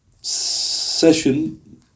session